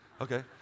okay